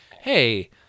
hey